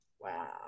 Wow